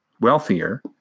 wealthier